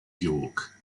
york